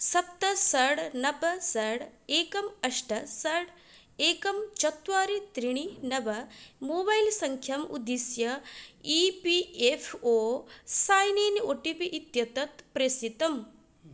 सप्त षड् नव षड् एकम् अष्ट षड् एकं चत्वारि त्रीणि नव मोबैल् सङ्ख्याम् उद्दिश्य E P F O sign in O T P इत्येतत् प्रेषितम्